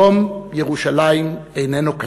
יום ירושלים איננו כזה.